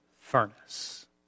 furnace